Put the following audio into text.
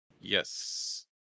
Yes